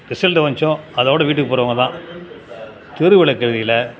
result வந்துச்சோ அதோடு வீட்டுக்கு போகிறவுங்க தான் தெருவிளக்கு எரியலை